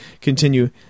continue